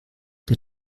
der